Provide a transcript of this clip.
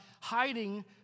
hiding